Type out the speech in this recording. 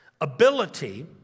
Ability